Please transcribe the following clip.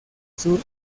sur